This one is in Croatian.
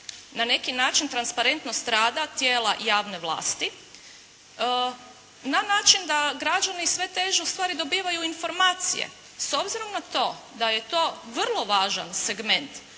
na neki način transparentnost rada tijela javne vlasti na način da građani sve teže ustvari dobivaju informacije. S obzirom na to da je to vrlo važan segment